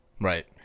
Right